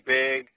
big